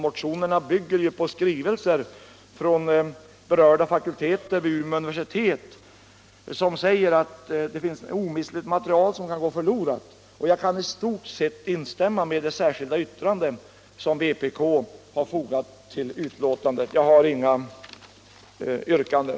Motionerna bygger ju på skrivelser från berörda fakulteter vid Umeå universitet, som säger att det finns omistligt material som kan gå förlorat. Jag kan i stort sett instämma i det särskilda yttrande som vpk har fogat till betänkandet. Jag har inga yrkanden.